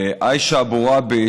עאישה א-ראבי,